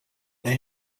they